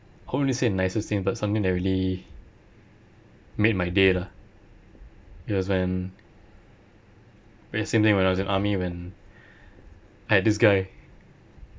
I wouldn't say the nicest thing but something that really made my day lah it was when when same thing when I was an army when I had this guy